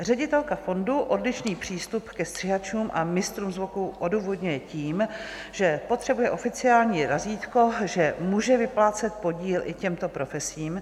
Ředitelka fondu odlišný přístup ke střihačům a mistrům zvuku odůvodňuje tím, že potřebuje oficiální razítko, že může vyplácet podíl i těmto profesím.